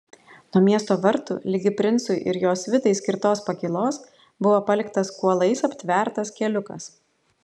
nuo miesto vartų ligi princui ir jo svitai skirtos pakylos buvo paliktas kuolais aptvertas keliukas